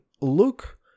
look